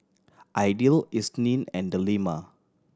Aidil Isnin and Delima